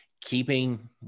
keeping